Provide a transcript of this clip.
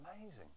amazing